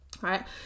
right